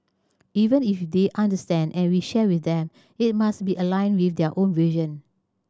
even if they understand and we share with them it must be aligned with their own vision